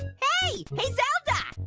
hey, hey zelda.